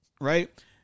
Right